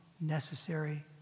Necessary